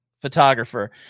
photographer